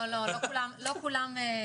לא כולם.